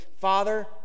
Father